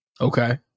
Okay